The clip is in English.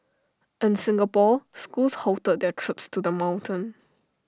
in Singapore schools halted their trips to the mountain